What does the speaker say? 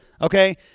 Okay